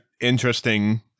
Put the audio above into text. interesting